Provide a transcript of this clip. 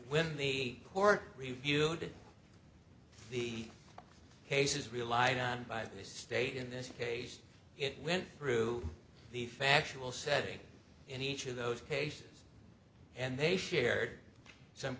when the court reviewed the cases relied on by the state in this case it went through the factual setting in each of those cases and they shared some